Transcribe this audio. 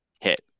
hit